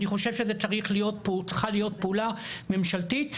אני חושב שצריכה להיות פעולה ממשלתית,